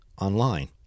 online